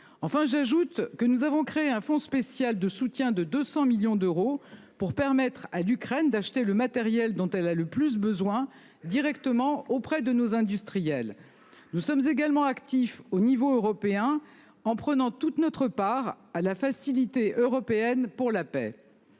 Enfin j'ajoute que nous avons créé un fonds spécial de soutien de 200 millions d'euros pour permettre à l'Ukraine d'acheter le matériel dont elle a le plus besoin directement auprès de nos industriels. Nous sommes également actifs au niveau européen en prenant toute notre part à la Facilité européenne pour la paix.